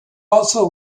also